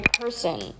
person